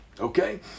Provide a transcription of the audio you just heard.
Okay